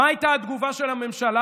ומה הייתה התגובה של הממשלה?